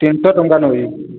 ତିନିଶହ ଟଙ୍କା ନେବି